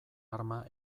arma